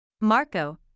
Marco